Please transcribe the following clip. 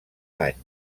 anys